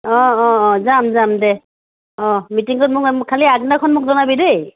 অঁ অঁ অঁ যাম যাম দে অঁ মিটিংখন খালি আগদিনাখন মোক জনাবি দেই